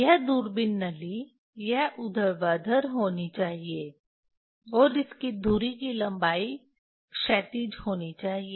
यह दूरबीन नली यह ऊर्ध्वाधर होनी चाहिए और इसकी धुरी की लंबाई क्षैतिज होनी चाहिए